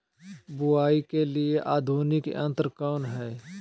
बुवाई के लिए आधुनिक यंत्र कौन हैय?